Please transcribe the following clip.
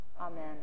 Amen